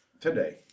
today